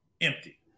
empty